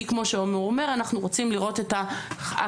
כי כמו שנאמר אנחנו רוצים לראות את החצי